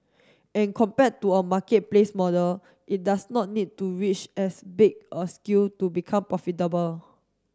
and compared to a marketplace model it does not need to reach as big a scale to become profitable